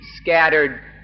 scattered